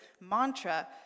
mantra